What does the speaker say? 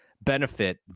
benefit